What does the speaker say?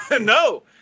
No